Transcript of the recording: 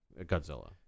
Godzilla